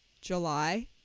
july